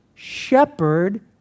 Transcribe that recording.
shepherd